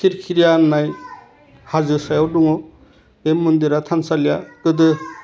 खिरखिरया होनाय हाजो सायाव दङ बे मन्दिरा थानसालिया गोदो